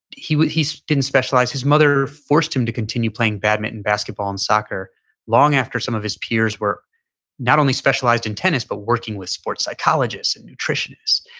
he's he's didn't specialize. his mother forced him to continue playing badminton, basketball and soccer long after some of his peers were not only specialized in tennis but working with sports psychologists and nutritionists.